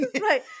Right